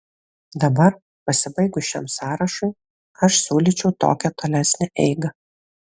dabar pasibaigus šiam sąrašui aš siūlyčiau tokią tolesnę eigą